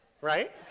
Right